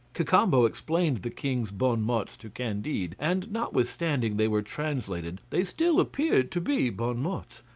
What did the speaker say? cacambo explained the king's bon-mots to candide, and notwithstanding they were translated they still appeared to be bon-mots.